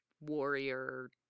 warrior